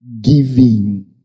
Giving